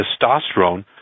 testosterone